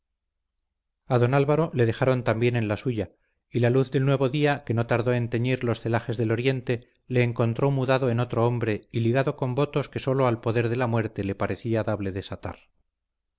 don álvaro le dejaron también en la suya y la luz del nuevo día que no tardó en teñir los celajes del oriente le encontró mudado en otro hombre y ligado con votos que sólo al poder de la muerte le parecía dable desatar